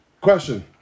Question